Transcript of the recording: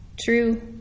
true